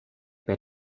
per